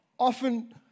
Often